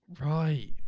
Right